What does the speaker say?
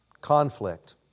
Conflict